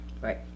right